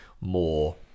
more